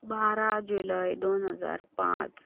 बारा जुलय दोन हजार पांच